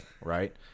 right